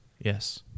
Yes